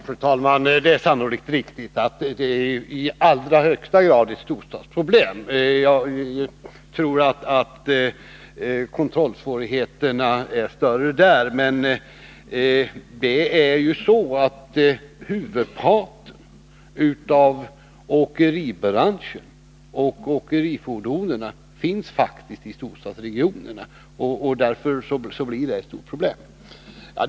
Fru talman! Det är sannolikt riktigt att detta i allra högsta grad är ett storstadsproblem. Jag tror att kontrollsvårigheterna är större i storstäderna. Men huvudparten av åkeribranschen — och åkerifordonen — finns faktiskt i storstadsregionerna, och därför blir detta ett stort problem.